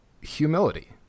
humility